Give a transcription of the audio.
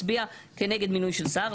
והצביעה כנגד מינוי של שר,